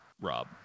Rob